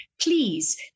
Please